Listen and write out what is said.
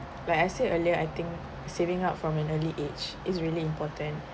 like I said earlier I think saving up from an early age is really important